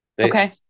Okay